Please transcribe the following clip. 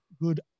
good